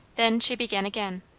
then she began again.